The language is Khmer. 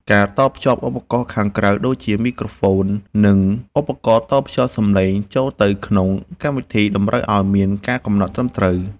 ការតភ្ជាប់ឧបករណ៍ខាងក្រៅដូចជាមីក្រូហ្វូន និង ឧបករណ៍តភ្ជាប់សំឡេងចូលទៅក្នុងកម្មវិធីតម្រូវឱ្យមានការកំណត់ត្រឹមត្រូវ។